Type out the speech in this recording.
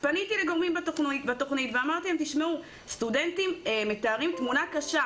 פניתי לגורמים בתכנית ואמרתי להם: סטודנטים מתארים תמונה קשה.